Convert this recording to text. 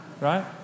right